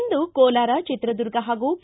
ಇಂದು ಕೋಲಾರ ಚಿತ್ರದುರ್ಗ ಹಾಗೂ ಕೆ